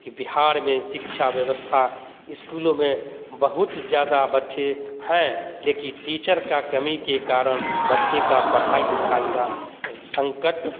कि बिहार में शिक्षा व्यवस्था स्कूलों में बहुत ज़्यादा बच्चे हैं लेकिन टीचर का कमी के कारण बच्चे का पढ़ाई लिखाई का संकट